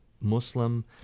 Muslim